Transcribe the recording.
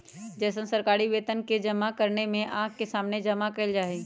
जैसन सरकारी वेतन के जमा करने में आँख के सामने जमा कइल जाहई